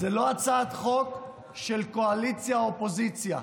זאת לא הצעת חוק של קואליציה אופוזיציה,